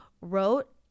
wrote